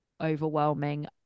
overwhelming